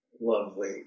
lovely